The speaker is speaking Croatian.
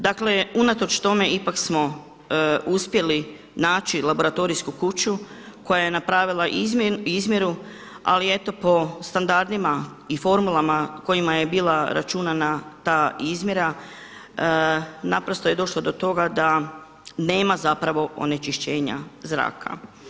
Dakle unatoč tome ipak smo uspjeli naći laboratorijsku kuću koja je napravila izmjeru, ali eto po standardima i formulama kojima je bila računana ta izmjera naprosto je došlo do toga da nema zapravo onečišćenja zraka.